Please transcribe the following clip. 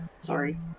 Sorry